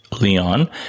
Leon